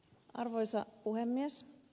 arvoisa puhemies